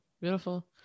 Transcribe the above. Beautiful